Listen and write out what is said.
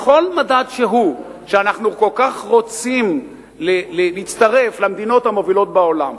בכל מדד שהוא שאנחנו כל כך רוצים להצטרף למדינות המובילות בעולם,